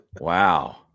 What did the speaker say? Wow